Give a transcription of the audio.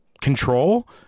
control